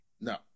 No